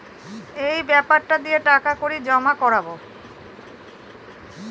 এই বেপারটা দিয়ে টাকা কড়ি জমা করাবো